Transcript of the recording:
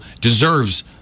deserves